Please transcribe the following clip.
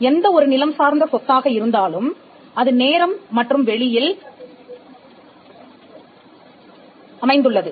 எந்த ஒரு நிலம் சார்ந்த சொத்தாக இருந்தாலும் அது நேரம் மற்றும் வெளியில் அமைந்துள்ளது